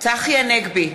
צחי הנגבי,